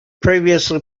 previously